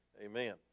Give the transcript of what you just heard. Amen